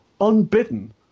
unbidden